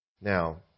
Now